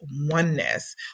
oneness